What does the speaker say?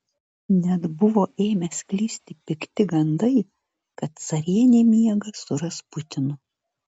net buvo ėmę sklisti pikti gandai kad carienė miega su rasputinu